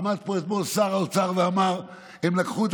עמד פה אתמול שר האוצר ואמר: הם לקחו את